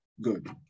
Good